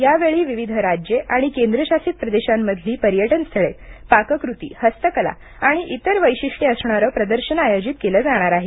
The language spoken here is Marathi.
यावेळी विविध राज्ये आणि केंद्रशासित प्रदेशांमधील पर्यटन स्थळे पाककृती हस्तकला आणि इतर वैशिष्ट्ये असणारे प्रदर्शन आयोजित केले जाणार आहे